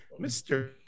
Mr